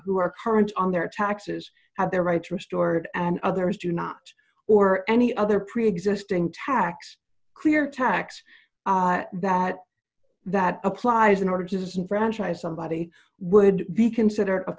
who are current on their taxes have their rights restored and others do not or any other preexisting tax clear tax that that applies in order to disenfranchise somebody would be consider